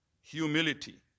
humility